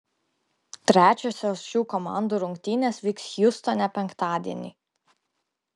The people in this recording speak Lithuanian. trečiosios šių komandų rungtynės vyks hjustone penktadienį